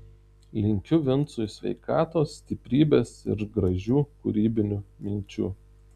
linkiu vincui sveikatos stiprybės ir gražių kūrybinių minčių